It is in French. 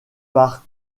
par